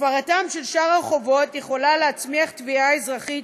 הפרתן של שאר החובות יכולה להצמיח תביעה אזרחית,